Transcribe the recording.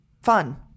Fun